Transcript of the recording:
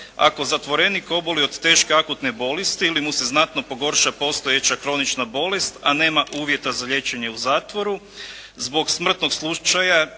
ako zatvorenik oboli od teške akutne bolesti ili mu se znatno pogorša postojeća kronična bolest a nema uvjeta za liječenje u zatvoru, zbog smrtnog slučaja,